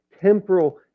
temporal